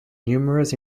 numerous